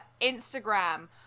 Instagram